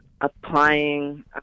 applying